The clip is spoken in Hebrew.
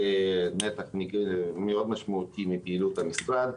זה נתח מאוד משמעותי מפעילות המשרד.